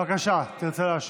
בבקשה, תרצה להשיב.